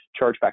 chargeback